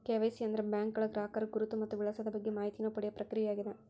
KYC ಅಂದ್ರ ಬ್ಯಾಂಕ್ಗಳ ಗ್ರಾಹಕರ ಗುರುತು ಮತ್ತ ವಿಳಾಸದ ಬಗ್ಗೆ ಮಾಹಿತಿನ ಪಡಿಯೋ ಪ್ರಕ್ರಿಯೆಯಾಗ್ಯದ